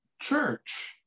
church